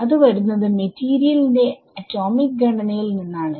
അത് വരുന്നത് മെറ്റീരിയൽ ന്റെ അറ്റോമിക് ഘടന യിൽ നിന്നാണ്